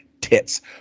tits